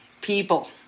people